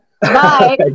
Bye